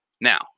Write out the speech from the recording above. Now